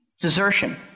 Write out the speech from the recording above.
Desertion